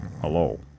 Hello